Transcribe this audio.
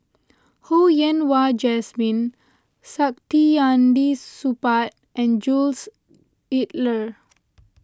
Ho Yen Wah Jesmine Saktiandi Supaat and Jules Itier